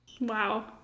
Wow